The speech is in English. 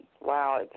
wow